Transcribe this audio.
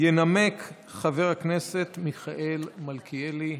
ינמק חבר הכנסת מיכאל מלכיאלי,